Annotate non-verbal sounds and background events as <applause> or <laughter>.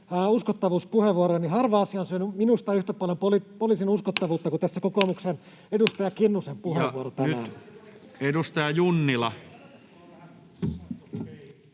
uskottavuuspuheenvuoroja, että harva asia on syönyt minusta yhtä paljon poliisin uskottavuutta <noise> kuin kokoomuksen edustaja Kinnusen puheenvuoro tässä tänään.